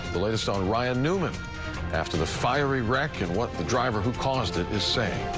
the latest on ryan newman after the fiery wreck and what the driver who caused it is saying.